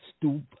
stoop